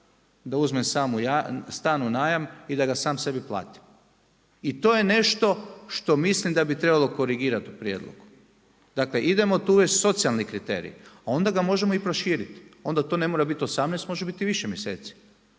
da uzmem stan u najam i da ga sam sebi platim. I to je nešto što mislim da bi trebalo korigirati u prijedlogu. Dakle, idemo tu uvesti socijalni kriterij, a onda ga možemo i proširiti. Onda to ne mora biti 18, može biti i više mjeseci.